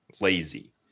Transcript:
lazy